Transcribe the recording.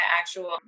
actual